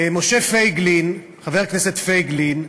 משה פייגלין, חבר הכנסת פייגלין,